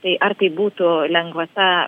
tai ar tai būtų lengvata